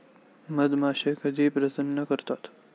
मधमाश्या कधी प्रजनन करतात?